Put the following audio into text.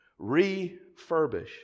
refurbish